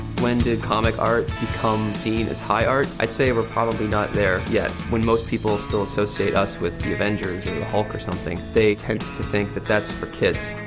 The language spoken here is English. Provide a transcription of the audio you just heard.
when did comic art become seen as high art? i'd say we're probably not there yet when most people still associate us with the avengers or the hulk or something. they tend to think that that's for kids.